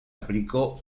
aplicó